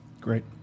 great